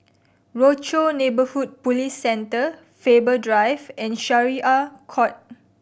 Rochor Neighborhood Police Centre Faber Drive and Syariah Court